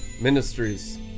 ministries